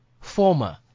former